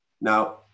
Now